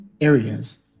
areas